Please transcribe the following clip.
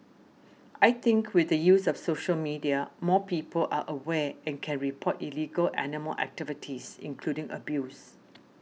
I think with the use of social media more people are aware and can report illegal animal activities including abuse